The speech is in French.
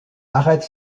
arrête